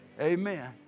Amen